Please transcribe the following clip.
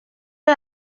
est